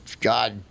God